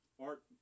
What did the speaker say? art